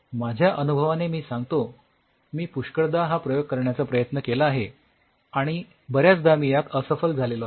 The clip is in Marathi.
माझ्या अनुभवाने मी सांगतो मी पुष्कळदा हा प्रयोग करण्याचा प्रयत्न केला आहे आणि बऱ्याचदा मी यात असफल झालेलो आहे